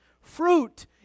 Fruit